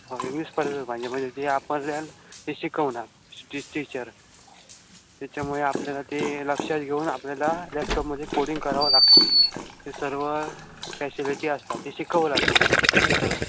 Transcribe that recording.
होय English perfect पायजे म्हणजे जे आपल्याल ते शिकवणार चि टीचर त्याच्यामुळे आपल्याला ते लक्षात घेऊन आपल्याला लॅपटॉपमध्ये कोडिंग करावं लागतं ते सर्व फॅसिलिटी असतात ते शिकवलं तुम्हाला सर्व